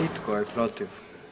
I tko je protiv?